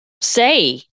say